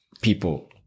people